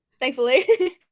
thankfully